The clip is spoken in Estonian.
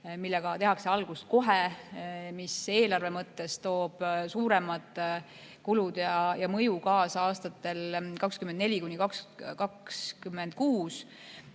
millega tehakse algust kohe ja mis eelarve mõttes toob suuremad kulud ja mõju aastatel 2024–2026.